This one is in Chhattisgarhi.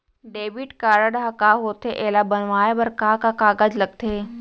डेबिट कारड ह का होथे एला बनवाए बर का का कागज लगथे?